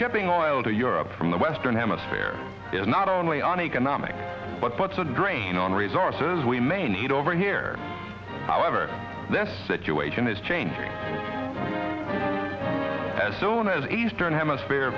shipping or oil to europe from the western hemisphere is not only an economic but puts a drain on resources we may need over here however this situation is changing as soon as a stern hemisphere